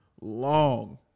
long